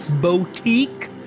Boutique